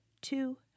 Two